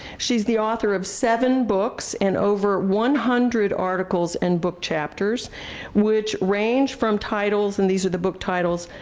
she's the author of seven books and over one hundred articles and book chapters which range from titles, and these are the book titles,